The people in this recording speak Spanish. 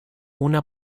una